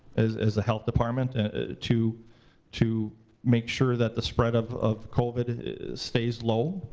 as as a health department to to make sure that the spread of of covid stays low.